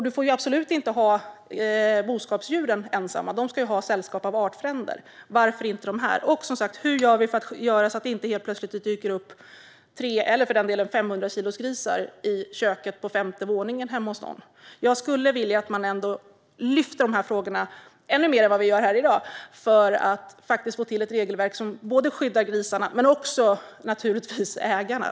Du får ju absolut inte ha boskapsdjur ensamma. De ska ha sällskap av artfränder. Varför gäller det inte dessa grisar? Hur gör vi för att se till att det inte helt plötsligt dyker upp 3kilosgrisar eller för den delen 500kilosgrisar i köket på femte våningen hemma hos någon? Jag skulle vilja att man lyfte de här frågorna ännu mer än vad vi gör här i dag för att få till ett regelverk som skyddar grisarna och naturligtvis även ägarna.